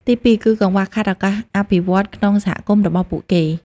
ទីពីរ គឺកង្វះខាតឱកាសអភិវឌ្ឍន៍ក្នុងសហគមន៍របស់ពួកគេ។